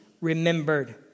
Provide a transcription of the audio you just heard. remembered